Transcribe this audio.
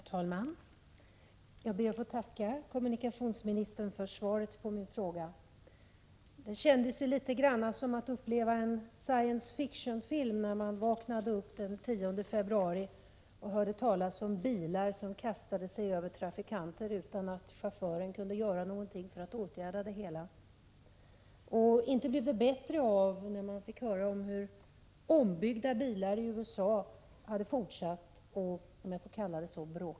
Herr talman! Jag ber att få tacka kommunikationsministern för svaret på min fråga. Det kändes litet grand som att uppleva en science fiction-film när man vaknade upp den 10 februari och hörde talas om bilar som kastade sig över trafikanter utan att föraren kunde göra någonting åt det hela. Och inte blev det bättre när man fick höra hur ombyggda bilar i USA hade fortsatt att bråka, om jag får kalla det så.